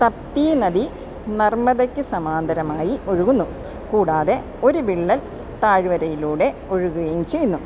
തപ്തി നദി നർമ്മദയ്ക്ക് സമാന്തരമായി ഒഴുകുന്നു കൂടാതെ ഒരു വിള്ളൽ താഴ്വരയിലൂടെ ഒഴുകുകയും ചെയ്യുന്നു